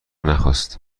نخواست